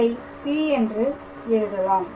இதை P என்று எழுதலாம்